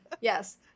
Yes